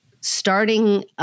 starting